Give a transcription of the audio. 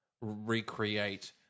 recreate